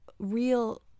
real